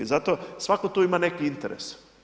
I zato svako tu ima neki interes.